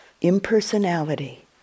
impersonality